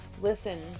Listen